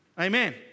Amen